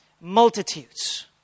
Multitudes